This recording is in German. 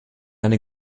eine